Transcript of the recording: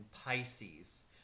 Pisces